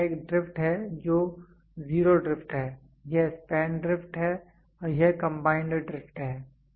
तो यह एक ड्रिफ्ट है जो जीरो ड्रिफ्ट है यह स्पैन ड्रिफ्ट है और यह कंबाइंड ड्रिफ्ट है